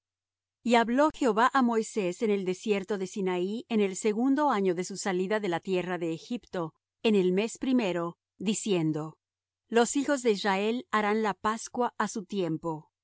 y hablo jehová á moisés en el desierto de sinaí en el segundo año de su salida de la tierra de egipto en el mes primero diciendo los hijos de israel harán la pascua á su tiempo